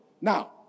Now